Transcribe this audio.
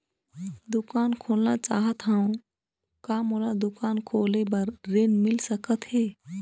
दुकान खोलना चाहत हाव, का मोला दुकान खोले बर ऋण मिल सकत हे?